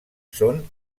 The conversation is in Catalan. són